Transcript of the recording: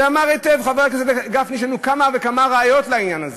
אמר היטב חבר הכנסת גפני שיש לנו כמה וכמה ראיות לעניין הזה.